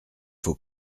faux